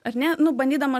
ar ne bandydama